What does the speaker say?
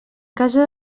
casa